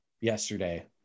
yesterday